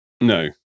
No